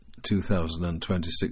2026